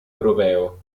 europeo